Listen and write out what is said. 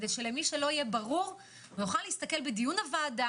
כדי שלמי שלא יהיה ברור הוא יוכל להסתכל בדיון הוועדה